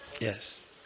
Yes